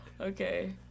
Okay